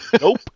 Nope